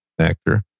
actor